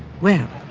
well,